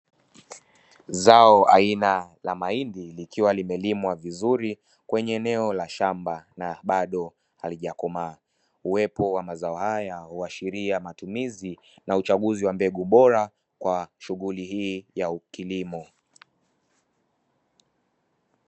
Zao aina la mahindi likiwa limelimwa vizuri kwenye eneo la shamba na bado halijakomaa ,uwepo wa mazao haya huashiria matumizi na uchaguzi wa mbegu bora kwa shughuli hii ya ukilimo.